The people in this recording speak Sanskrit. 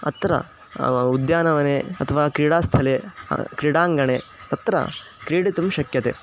अत्र उद्यानवने अथवा क्रीडास्थले क्रीडाङ्गणे तत्र क्रीडितुं शक्यते